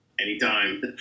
Anytime